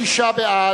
26 בעד,